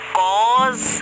cause